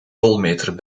rolmeter